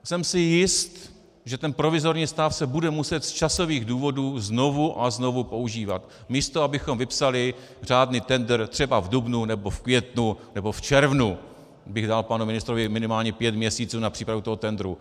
Jsem si jist, že provizorní stav se bude muset z časových důvodů znovu a znovu používat, místo abychom vypsali řádný tendr třeba v dubnu, nebo v květnu, nebo v červnu, abych dal panu ministrovi minimálně pět měsíců na přípravu toho tendru.